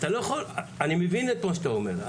אני מבין את מה שאתה אומר,